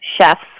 chefs